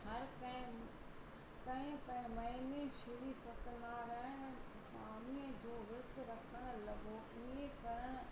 हर कंहिं कंहिं म महीने श्री सत्यनारायण स्वामीअ जो विर्तु रखण लॻो ईअं करणु